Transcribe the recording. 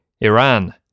Iran